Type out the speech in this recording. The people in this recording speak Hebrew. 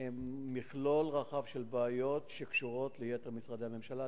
הן מכלול רחב של בעיות שקשורות ליתר משרדי הממשלה.